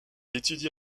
étudie